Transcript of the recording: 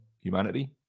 humanity